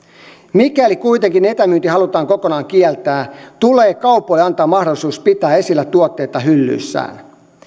mikäli kuitenkin etämyynti halutaan kokonaan kieltää tulee kaupoille antaa mahdollisuus pitää esillä tuotteita hyllyissään